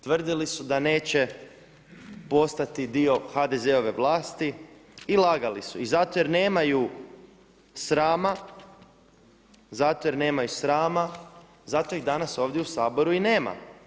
Tvrdili su da neće postati dio HDZ-ove vlasti i lagali su i zato jer nemaju srama, zato jer nemaju srama, zato ih danas ovdje u Saboru i nema.